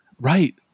Right